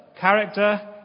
Character